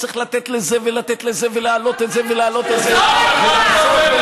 צריך לתת לזה ולתת לזה ולהעלות לזה ולהעלות לזה ולעשות ולעשות ולעשות.